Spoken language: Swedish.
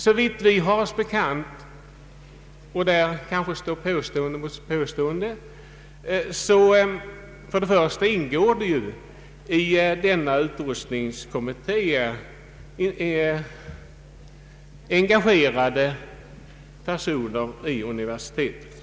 Såvitt vi har oss bekant ingår i denna lokaloch utrustningskommitté personer som är engagerade vid universitetet.